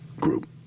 group